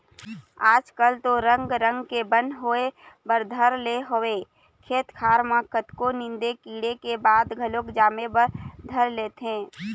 आज कल तो रंग रंग के बन होय बर धर ले हवय खेत खार म कतको नींदे कोड़े के बाद घलोक जामे बर धर लेथे